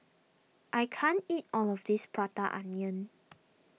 I can't eat all of this Prata Onion